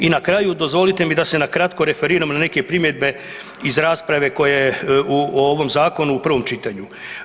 I na kraju dozvolite mi da se na kratko referiram na neke primjedbe iz rasprave o ovom Zakonu u prvom čitanju.